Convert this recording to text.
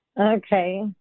Okay